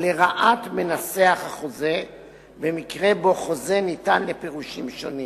לרעת מנסח החוזה במקרה שבו חוזה ניתן לפירושים שונים.